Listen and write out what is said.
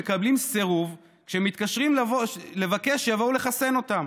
מקבלים סירוב כשהם מתקשרים לבקש שיבואו לחסן אותם.